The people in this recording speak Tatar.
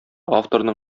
авторның